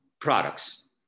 products